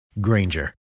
Granger